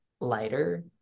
lighter